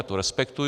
Já to respektuji.